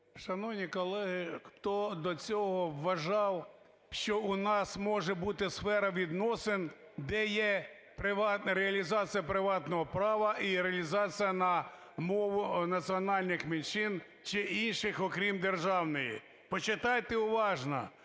Шановні колеги, хто до цього вважав, що у нас може бути сфера відносин, де є реалізація приватного права і реалізація на мову національних менших чи інших, окрім державної, почитайте уважно,